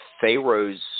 Pharaoh's